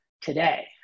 today